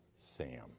Sam